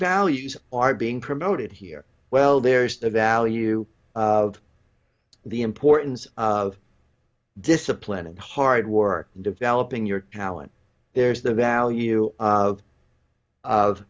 values are being promoted here well there is the value of the importance of discipline and hard work in developing your talent there's the value of